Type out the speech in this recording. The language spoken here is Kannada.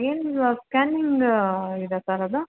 ಏನು ಸ್ಕ್ಯಾನಿಂಗ್ ಇದೆ ಸರ್ ಅದು